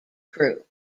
crew